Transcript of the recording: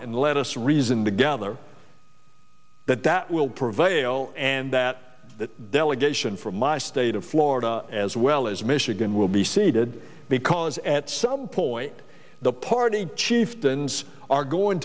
and let us reason together that that will prevail and that the delegation from my state of florida as well as michigan will be seated because at some point the party chieftains are going